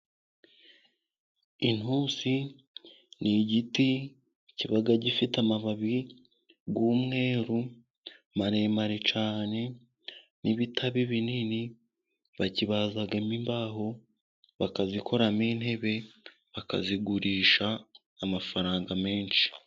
Intusi ni igiti kiba gifite amababi, y'umweru maremare cyane, n'ibitabi binini bakibazamo imbaho, bakazikoramo intebe, bakazigurisha amafaranga menshi.